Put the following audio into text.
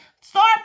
start